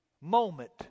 moment